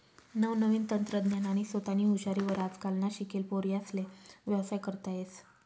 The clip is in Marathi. नवनवीन तंत्रज्ञान आणि सोतानी हुशारी वर आजकालना शिकेल पोर्यास्ले व्यवसाय करता येस